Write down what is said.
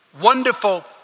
wonderful